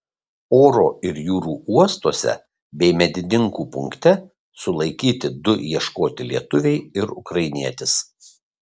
oro ir jūrų uostuose bei medininkų punkte sulaikyti du ieškoti lietuviai ir ukrainietis